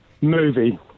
Movie